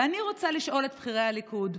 ואני רוצה לשאול את בכירי הליכוד: